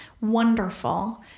wonderful